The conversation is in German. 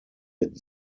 mit